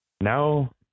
now